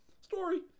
Story